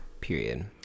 period